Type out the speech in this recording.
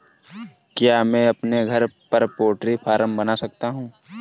क्या मैं अपने घर पर पोल्ट्री फार्म बना सकता हूँ?